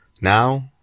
Now